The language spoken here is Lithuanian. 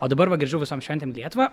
o dabar va grįžau visom šventėm į lietuvą